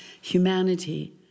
humanity